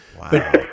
Wow